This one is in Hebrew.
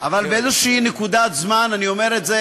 אבל באיזושהי נקודת זמן, אני אומר את זה